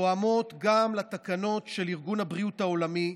תואמות גם את תקנות של ארגון הבריאות העולמי,